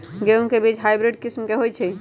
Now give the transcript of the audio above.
गेंहू के बीज हाइब्रिड किस्म के होई छई?